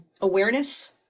awareness